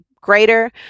greater